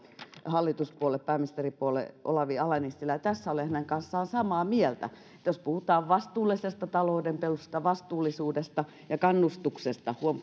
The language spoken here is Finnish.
hallituspuolueen pääministeripuolueen olavi ala nissilä ja tässä olen hänen kanssaan samaa mieltä jos puhutaan vastuullisesta taloudenpidosta vastuullisuudesta ja kannustuksesta huom